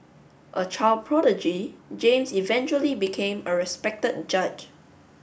a child prodigy James eventually became a respected judge